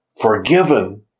forgiven